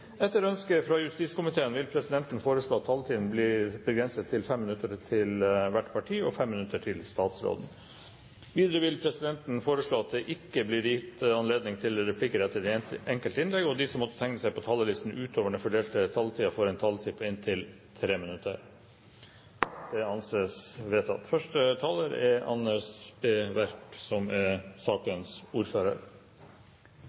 Etter ønske fra justiskomiteen vil presidenten foreslå at taletiden blir begrenset til 5 minutter til hvert parti og 5 minutter til statsråden. Videre vil presidenten foreslå at det ikke blir gitt anledning til replikker etter de enkelte innlegg, og at de som måtte tegne seg på talerlisten utover den fordelte taletiden, får en taletid på inntil 3 minutter. – Det anses vedtatt. Norsk næringsliv domineres av små virksomheter. En stor andel av disse er